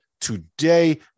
today